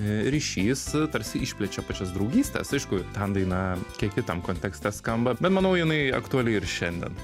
ryšys tarsi išplečia pačias draugystes aišku ten daina kiek kitam kontekste skamba bet manau jinai aktuali ir šiandien